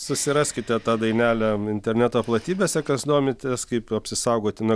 susiraskite tą dainelę interneto platybėse kas domitės kaip apsisaugoti nuo